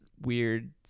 weird